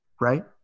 right